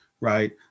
right